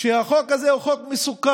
שהחוק הזה הוא חוק מסוכן.